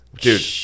Dude